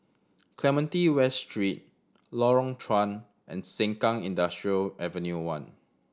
Clementi West Street Lorong Chuan and Sengkang Industrial Avenue One